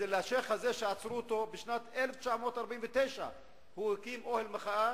השיח' הזה שנעצר, כבר ב-1949 הוא הקים אוהל מחאה